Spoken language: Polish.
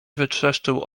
wytrzeszczył